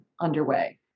underway